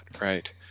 right